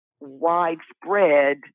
widespread